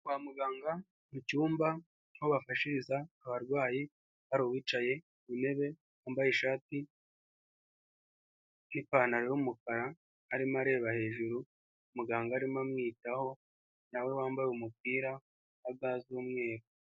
Kwa muganga mucyumba ahobafashiriza abarwayi, hari uwicaye ku ntebe wambaye ishati n'ipantaro y'umukara arimo areba hejuru, muganga arimo amwitaho, nawe wambaye umupira na ga z'umweru.